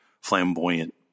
flamboyant